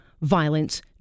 violence